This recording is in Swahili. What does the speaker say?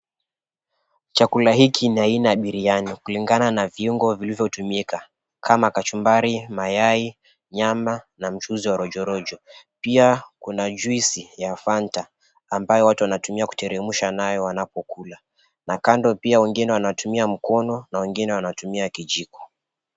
Chakula hiki ni aina ya biriani, kulingana na viungo vilivyo tumika kama kachumbari, mayai, nyama na mchuzi wa rojorojo. Pia kuna juici ya fanta ambayo watu wanateremsha nayo wanapokula, na kando pia wengine wanatumia mikono na wengine kijiko.